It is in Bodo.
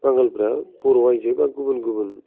बांगालफ्रा बर' आइजो बा गुबुन गुबुन